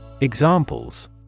Examples